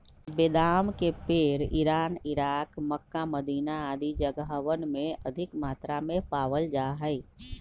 बेदाम के पेड़ इरान, इराक, मक्का, मदीना आदि जगहवन में अधिक मात्रा में पावल जा हई